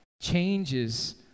Changes